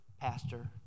pastor